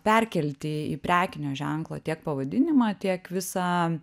perkelti į prekinio ženklo tiek pavadinimą tiek visą